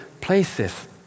places